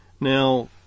Now